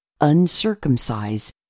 uncircumcised